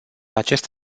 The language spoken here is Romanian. acest